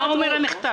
מה אומר המכתב?